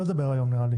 נראה לי